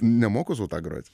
nemoku su ta grot